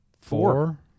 four